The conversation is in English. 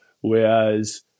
Whereas